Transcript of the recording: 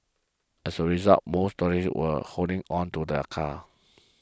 as a result most motorists were holding on to their cars